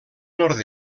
nord